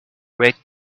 rake